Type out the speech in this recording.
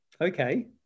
Okay